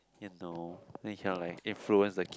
you know then you cannot like influence the ki~